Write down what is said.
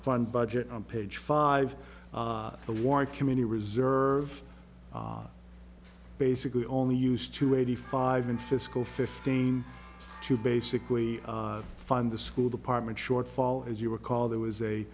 fund budget on page five the war community reserve basically only used to eighty five in fiscal fifteen to basically fund the school department shortfall as you recall there was a